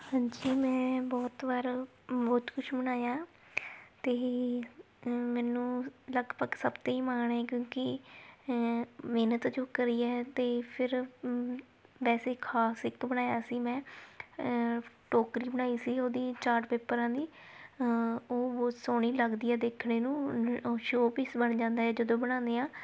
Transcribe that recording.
ਹਾਂਜੀ ਮੈਂ ਬਹੁਤ ਵਾਰ ਬਹੁਤ ਕੁਛ ਬਣਾਇਆ ਅਤੇ ਮੈਨੂੰ ਲਗਭਗ ਸਭ 'ਤੇ ਹੀ ਮਾਣ ਹੈ ਕਿਉਂਕਿ ਮਿਹਨਤ ਜੋ ਕਰੀ ਹੈ ਅਤੇ ਫਿਰ ਵੈਸੇ ਖਾਸ ਇੱਕ ਬਣਾਇਆ ਸੀ ਮੈਂ ਟੋਕਰੀ ਬਣਾਈ ਸੀ ਉਹਦੀ ਚਾਟ ਪੇਪਰਾਂ ਦੀ ਉਹ ਸੋਹਣੀ ਲੱਗਦੀ ਹੈ ਦੇਖਣੇ ਨੂੰ ਉਹ ਸ਼ੋਪੀਸ ਬਣ ਜਾਂਦਾ ਹੈ ਜਦੋਂ ਬਣਾਉਂਦੇ ਹਾਂ